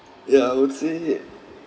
ya I would say